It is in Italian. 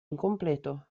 incompleto